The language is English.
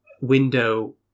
window